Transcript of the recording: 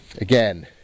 Again